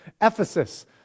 Ephesus